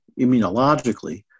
immunologically